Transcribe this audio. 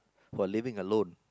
who are living alone